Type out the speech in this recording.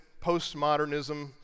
postmodernism